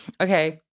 okay